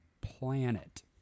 planet